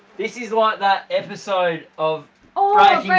this is like that episode of ah